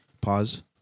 Pause